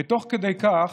תוך כדי כך,